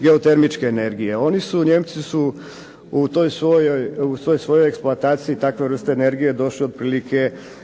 geotermičke energije. Njemci su u toj svojoj eksploataciji takve vrste energije došli do